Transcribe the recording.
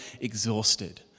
exhausted